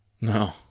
No